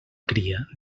cria